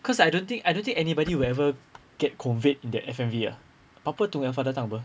cause I don't think I don't think anybody would ever get conveyed their F_M_V ah apa tu